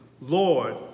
Lord